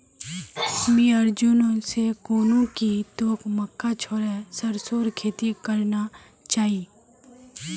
मुई अर्जुन स कहनु कि तोक मक्का छोड़े सरसोर खेती करना चाइ